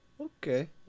Okay